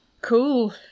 Cool